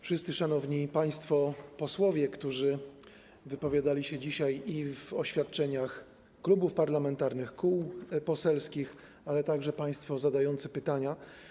Wszyscy Szanowni Państwo Posłowie, którzy wypowiadali się dzisiaj w czasie oświadczeń klubów parlamentarnych, kół poselskich, ale także państwo zadający pytania!